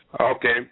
Okay